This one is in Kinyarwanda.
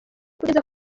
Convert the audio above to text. kugeza